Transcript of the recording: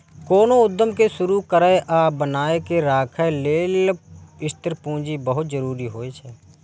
कोनो उद्यम कें शुरू करै आ बनाए के राखै लेल स्थिर पूंजी बहुत जरूरी होइ छै